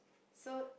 so